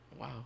Wow